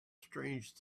strange